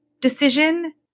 decision